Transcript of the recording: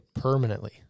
permanently